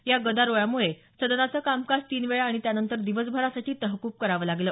या गदारोळामुळे सदनाचं कामकाज तीन वेळा आणि त्यानंतर दिवसभरासाठी तहकूब करावं लागलं